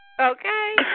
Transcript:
Okay